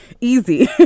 easy